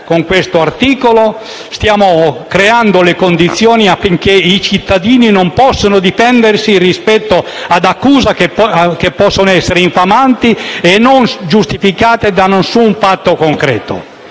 con questo articolo: stiamo creando le condizioni affinché i cittadini non possano difendersi rispetto ad accuse che possono essere infamanti e non giustificate da alcun fatto concreto.